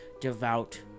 devout